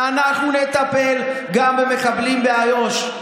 נכון, אבל, ואנחנו נטפל גם במחבלים באיו"ש.